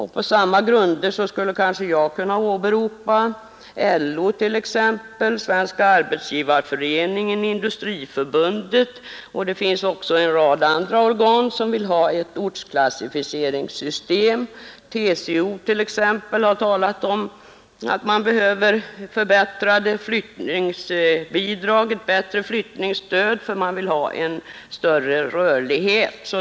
Med samma rätt skulle jag kunna åberopa LO, Svenska arbetsgivareföreningen, Industriförbundet och en rad andra organ som vill ha ett ortsklassificeringssystem; TCO har t.ex. sagt att man vill ha en större rörlighet och att det därför behövs ett bättre flyttningsstöd.